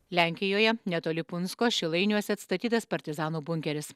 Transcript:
lenkijoje netoli punsko šilainiuose atstatytas partizanų bunkeris